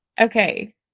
Okay